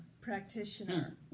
practitioner